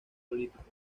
políticos